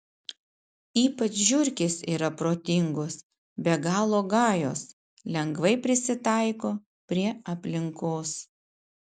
ypač žiurkės yra protingos be galo gajos lengvai prisitaiko prie aplinkos